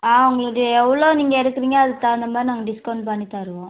ஆ உங்களுக்கு எவ்வளோ நீங்கள் எடுக்கிறீங்க அதுக்கு தகுந்த மாதிரி நாங்கள் டிஸ்கௌண்ட் பண்ணி தருவோம்